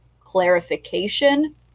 clarification